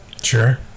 Sure